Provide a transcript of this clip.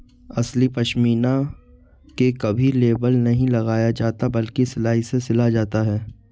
असली पश्मीना में कभी लेबल नहीं लगाया जाता बल्कि सिलाई से सिला जाता है